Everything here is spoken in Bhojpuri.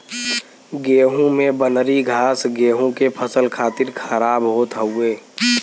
गेंहू में बनरी घास गेंहू के फसल खातिर खराब होत हउवे